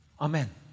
Amen